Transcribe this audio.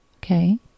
Okay